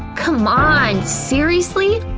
c'mon, seriously?